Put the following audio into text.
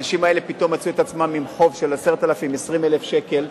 האנשים האלה פתאום מצאו את עצמם עם חוב של 10,000 20,000 שקל,